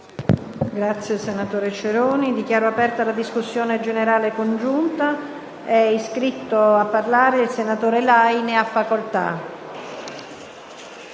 richiesto. Dichiaro aperta la discussione generale congiunta. È iscritto a parlare il senatore Lai. Ne ha facoltà.